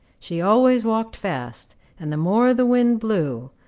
she always walked fast, and the more the wind blew,